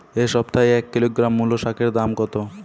এ সপ্তাহে এক কিলোগ্রাম মুলো শাকের দাম কত?